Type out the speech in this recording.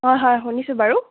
হয় হয় শুনিছোঁ বাৰু